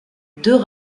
deux